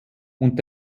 und